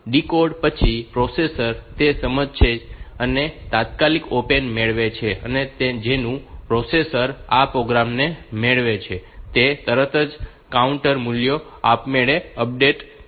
તો ડીકોડ પછી પ્રોસેસર તે સમજે છે અને તાત્કાલિક ઓપરેન્ડ મેળવે છે અને જેવું પ્રોસેસર આ પ્રોગ્રામ ને મેળવે છે કે તરત જ કાઉન્ટર મૂલ્યો આપમેળે અપડેટ થાય છે